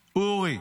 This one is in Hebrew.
אורי.